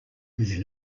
within